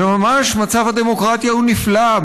וממש מצב הדמוקרטיה הוא נפלא.